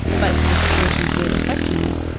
but the situation did affect me.